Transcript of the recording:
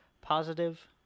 Positive